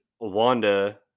Wanda